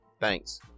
thanks